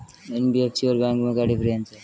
NBFC और बैंकों में क्या डिफरेंस है?